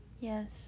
Yes